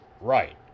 Right